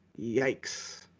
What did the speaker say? yikes